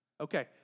Okay